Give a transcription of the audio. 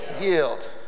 Yield